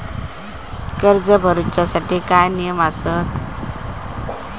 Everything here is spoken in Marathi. कर्ज भरूच्या साठी काय नियम आसत?